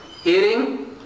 hearing